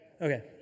Okay